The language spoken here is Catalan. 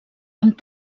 amb